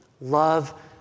Love